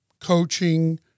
coaching